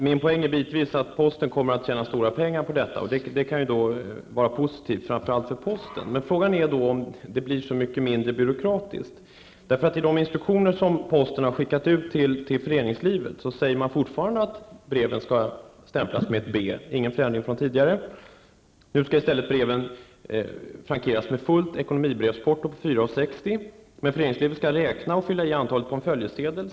Herr talman! Min poäng är att posten kommer att tjäna stora pengar på detta. Det kan vara positivt, framför allt för posten. Men frågan är om det blir mindre byråkratiskt. I de instruktioner som posten har skickat ut till föreningslivet står det fortfarande att breven skall stämplas med ett B, dvs. ingen förändring från tidigare. Nu skall breven i stället frankeras med fullt ekonomibrevsporto på 4:60. Föreningslivet skall räkna och fylla i antalet brev på en följesedel.